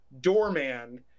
Doorman